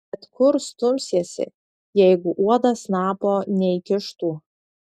bet kur stumsiesi jeigu uodas snapo neįkištų